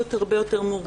שהמציאות הרבה יותר מורכבת.